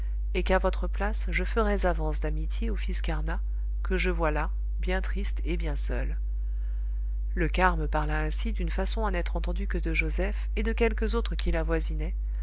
et qu'à votre place je ferais avance d'amitié au fils carnat que je vois là bien triste et bien seul le carme parla ainsi d'une façon à n'être entendu que de joseph et de quelques autres qui